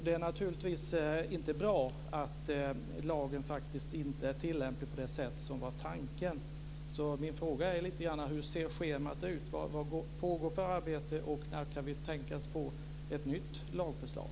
Det är naturligtvis inte bra att lagen inte är tillämplig på det sätt som var tanken. Jag undrar därför: Hur ser schemat ut? Vad pågår det för arbete? När kan vi tänka oss att få ett nytt lagförslag?